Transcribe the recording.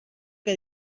que